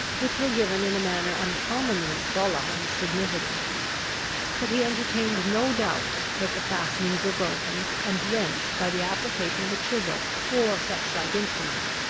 which were given in a manner uncommonly solemn and significant but he entertained no doubt, that the fastenings were broken and wrenched by the application of a chisel or such-like instrument,